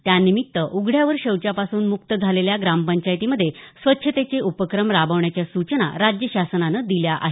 त्यानिमित्त उघड्यावर शौचापासून मुक्त झालेल्या ग्रामपंचायतीमध्ये स्वच्छतेचे उपक्रम राबवण्याच्या सूचना राज्य शासनानं दिल्या आहेत